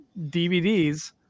DVDs